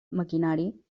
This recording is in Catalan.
maquinari